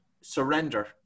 surrender